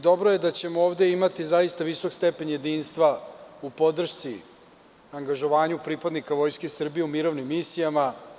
Dobro je da ćemo ovde imati zaista visok stepen jedinstva u podršci angažovanja pripadnika Vojske Srbije u mirovnim misijama.